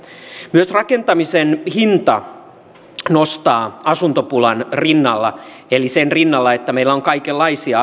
myös rakentamisen hinta on toinen joka nostaa asumisen hintoja asuntopulan rinnalla eli sen rinnalla että meillä on kaikenlaisia